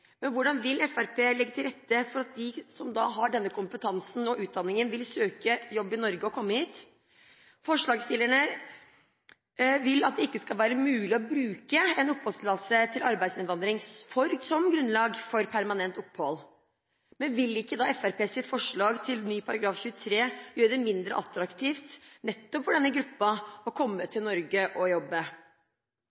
Men hvordan vil Fremskrittspartiet legge til rette for at de som har denne kompetansen og utdanningen, vil søke jobb i Norge og komme hit? Forslagsstillerne vil at det ikke skal være mulig å bruke en oppholdstillatelse til arbeidsinnvandring som grunnlag for permanent opphold. Men vil ikke da Fremskrittspartiets forslag til ny § 23 gjøre det mindre attraktivt nettopp for denne gruppen å komme